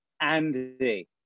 Andy